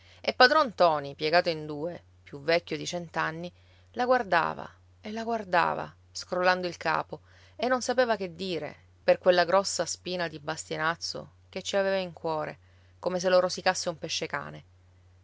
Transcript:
e padron ntoni piegato in due più vecchio di cent'anni la guardava e la guardava scrollando il capo e non sapeva che dire per quella grossa spina di bastianazzo che ci aveva in cuore come se lo rosicasse un pescecane